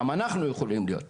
גם אנחנו יכולים להיות שם.